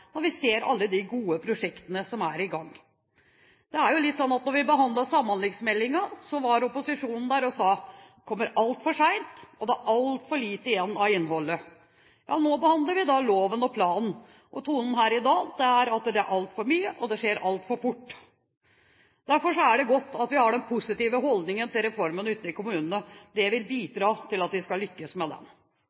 når vi ser alle de gode prosjektene som er i gang. Da vi behandlet samhandlingsmeldingen, var opposisjonen der og sa at den kommer altfor sent, og det er altfor lite igjen av innholdet. Nå behandler vi loven og planen, og tonen her i dag er at det er altfor mye, og det skjer altfor fort. Derfor er det godt at vi har den positive holdningen til reformen ute i kommunene. Det vil bidra til at vi lykkes med den.